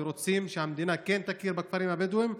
והם רוצים שהמדינה כן תכיר בכפרים הבדואיים,